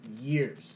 years